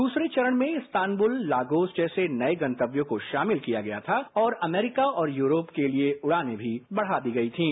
दूसरे चरण में इस्तांबुल लागोस जैसे नए गन्तव्यों को शामिल कियागया था और अमेरिका और यूरोप के लिए उड़ानें भी बढ़ा दी गई थीं